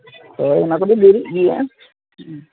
ᱦᱳᱭ ᱚᱱᱟᱠᱚᱫᱚ ᱫᱮᱨᱤᱜ ᱜᱮᱭᱟ